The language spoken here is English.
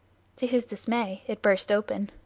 to his dismay it burst open.